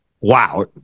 Wow